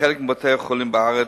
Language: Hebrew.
בחלק מבתי-החולים בארץ,